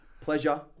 pleasure